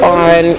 on